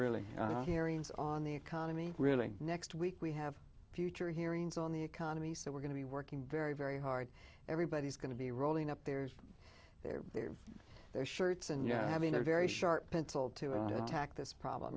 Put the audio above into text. really hearings on the economy really next week we have future hearings on the economy so we're going to be working very very hard everybody's going to be rolling up their their their shirts and you know having a very sharp pencil to and attack this problem